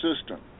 system